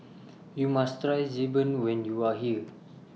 YOU must Try Xi Ban when YOU Are here